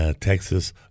Texas